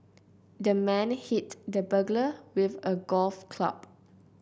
the man hit the burglar with a golf club